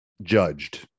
judged